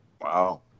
Wow